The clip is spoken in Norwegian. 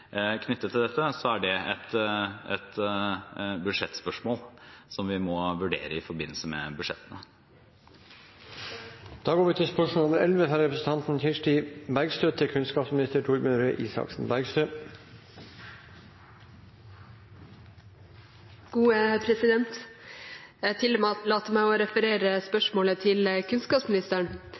knyttet til dette? Det er et budsjettspørsmål som vi må vurdere i forbindelse med budsjettene. Jeg tillater meg å referere spørsmålet til